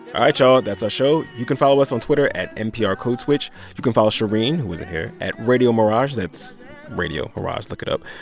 right, y'all, that's our show. you can follow us on twitter at nprcodeswitch. you can follow shereen, who isn't here, at radiomirage. that's radio mirage. look it up.